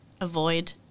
avoid